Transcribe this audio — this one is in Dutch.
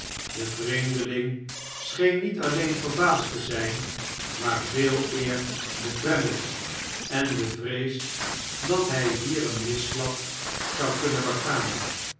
de vreemdeling scheen niet alleen verbaasd te zp maar veeleer bedremmelden bevreesd dat hij hier een misslag zou kunnen begaan